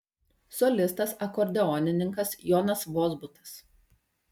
solistas akordeonininkas jonas vozbutas